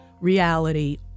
reality